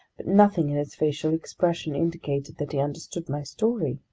but nothing in his facial expression indicated that he understood my story.